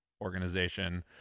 organization